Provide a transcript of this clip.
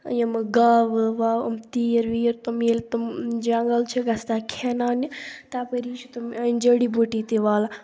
یِمہٕ گاوٕ واوٕ یِم تیٖر ویٖر تِم ییٚلہِ تِم جَنٛگل چھِ گَژھان کھیٛاوناونہِ تَپٲری چھِ تِم جیڈی بوٗٹی تہِ والان